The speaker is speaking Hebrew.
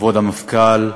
כבוד המפכ"ל,